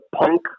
punk